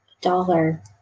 Dollar